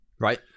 right